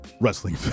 wrestling